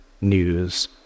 news